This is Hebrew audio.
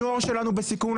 הנוער שלנו בסיכון,